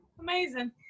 amazing